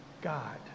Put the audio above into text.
God